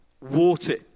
Water